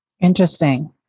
Interesting